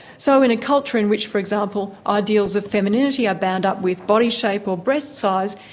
so in a culture in which, for example, ideals of femininity are bound up with body shape or breast size,